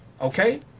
Okay